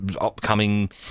upcoming